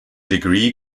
degree